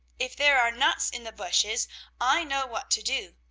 if there are nuts in the bushes i know what to do.